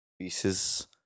pieces